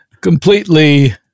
Completely